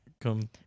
come